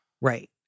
Right